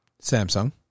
Samsung